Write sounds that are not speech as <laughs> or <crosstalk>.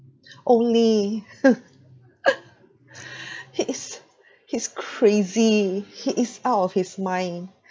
only <laughs> he is he's crazy he is out of his mind